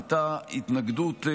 הייתה התנגדות,